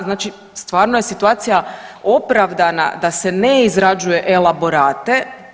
Znači stvarno je situacija opravdana, da se ne izrađuje elaborate.